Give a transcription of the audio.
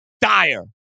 dire